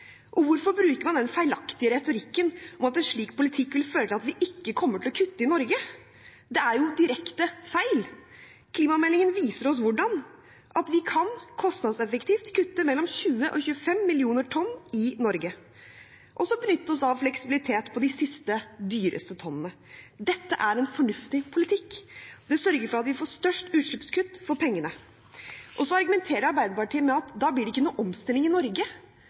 Og hvorfor bruker man den feilaktige retorikken om at en slik politikk vil føre til at vi ikke kommer til å kutte i Norge? Det er jo direkte feil. Klimameldingen viser oss hvordan – at vi kostnadseffektivt kan kutte mellom 20 og 25 mill. tonn i Norge og benytte oss av fleksibilitet på de siste, dyreste tonnene. Dette er en fornuftig politikk. Den sørger for at vi får størst utslippskutt for pengene. Og så argumenterer Arbeiderpartiet med at det ikke blir noen omstilling i Norge